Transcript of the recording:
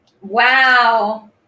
Wow